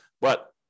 But-